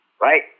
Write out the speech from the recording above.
right